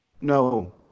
No